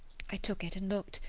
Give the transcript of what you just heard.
i took it and looked.